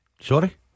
Sorry